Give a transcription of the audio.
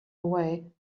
away